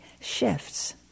shifts